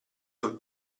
sul